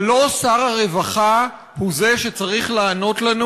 אבל לא שר הרווחה הוא זה שצריך לענות לנו